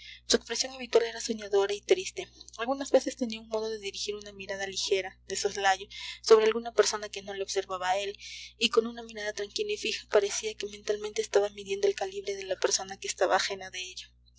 su expresión habitual era soñadora y triste algunas veces tenía un modo de dirigir una mirada ligera de soslayo sobre alguna persona que no le observaba a él y con una mirada tranquila y fija parecía que mentalmente estaba midiendo el calibre de la persona que estaba ajena de ello